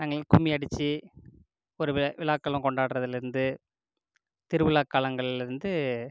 நாங்கலாம் கும்மி அடித்து பொறவு விழாக்கள்லாம் கொண்டாடுறதுலருந்து திருவிழா காலங்கள்லேருந்து